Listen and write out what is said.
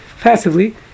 passively